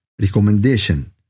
recommendation